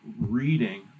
reading